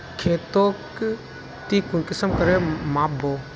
खेतोक ती कुंसम करे माप बो?